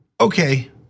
Okay